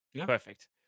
Perfect